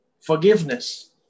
forgiveness